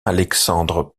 alexandre